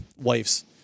wife's